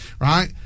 right